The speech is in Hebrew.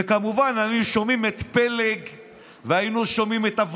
וכמובן היינו שומעים את פלג והיינו